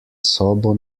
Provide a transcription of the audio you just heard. sobo